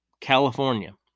California